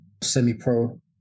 semi-pro